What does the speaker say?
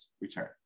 return